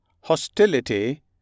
Hostility